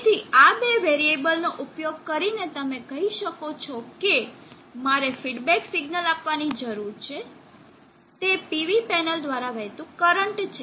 તેથી આ બે વેરીએબલ નો ઉપયોગ કરીને તમે કહી શકો છો કે મારે ફીડબેક સિગ્નલ આપવાની જરૂર છે તે પીવી પેનલ દ્વારા વહેતું કરંટ છે